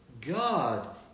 God